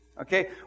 okay